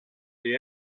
the